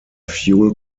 fuel